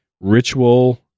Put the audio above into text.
ritual